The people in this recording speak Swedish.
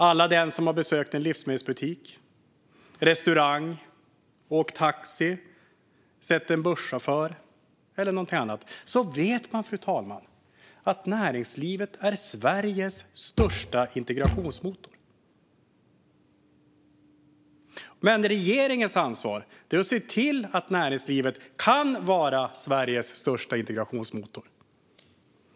Alla som har besökt en livsmedelsbutik eller restaurang, åkt taxi, sett en busschaufför eller något annat vet att näringslivet är Sveriges största integrationsmotor, fru talman. Men det är regeringens ansvar att se till att näringslivet kan vara Sveriges största integrationsmotor.